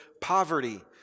poverty